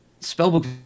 Spellbook